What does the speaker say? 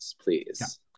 please